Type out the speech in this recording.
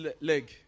leg